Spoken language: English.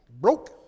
Broke